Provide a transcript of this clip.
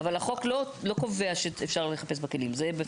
אבל החוק לא קובע שאפשר לחפש בכלים, זה בפירוש?